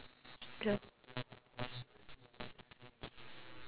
no ah you see your free talk topic prompt